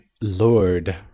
lord